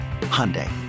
hyundai